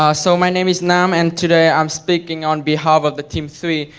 ah so my name is nam and today i'm speaking on behalf of the team three.